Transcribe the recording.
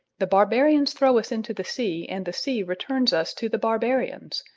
the barbarians throw us into the sea and the sea returns us to the barbarians,